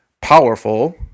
powerful